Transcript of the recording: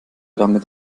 damit